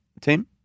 Tim